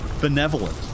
Benevolent